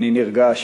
אני נרגש.